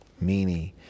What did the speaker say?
meaning